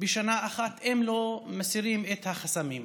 בשנה אחת אם לא מסירים את החסמים.